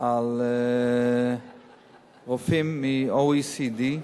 על רופאים ממדינות ה-OECD,